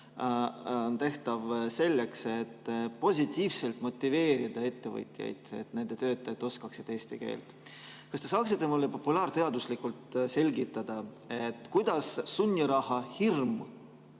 on selleks, et positiivselt motiveerida ettevõtjaid, et nende töötajad oskaksid eesti keelt. Kas te saaksite mulle populaarteaduslikult selgitada, kuidas sunnirahahirm